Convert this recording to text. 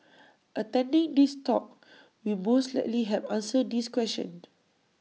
attending this talk will most likely help answer this question